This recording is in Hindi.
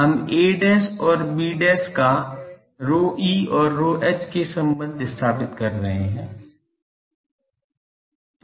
हम a और b का ρe और ρh में सम्बन्ध स्थापित कर रहे हैं